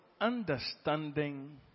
understanding